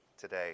today